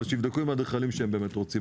אבל שיבדקו עם האדריכלים שהם באמת רוצים,